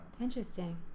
Interesting